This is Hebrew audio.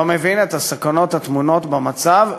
לא מבין את הסכנות הטמונות במצב,